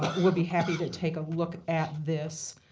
we'll be happy to take a look at this.